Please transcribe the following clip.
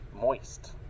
moist